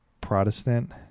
Protestant